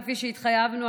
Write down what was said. כפי שהתחייבנו,